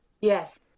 Yes